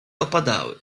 opadały